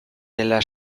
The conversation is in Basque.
dela